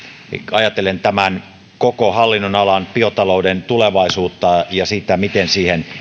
ajatellen tämän koko hallinnonalan ja biotalouden tulevaisuutta ja sitä miten siihen